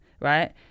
right